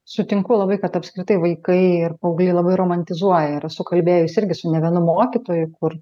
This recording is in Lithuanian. sutinku labai kad apskritai vaikai ir paaugliai labai romantizuoja ir esu kalbėjus irgi su ne vienu mokytoju kur